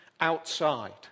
outside